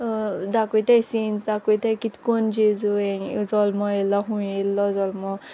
दाखोयताय सिन्स दाखोयताय कितकोन जेजू यें जोल्मो येल्लो हूंय येल्लो जोल्मो